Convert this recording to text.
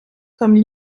comme